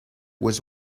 was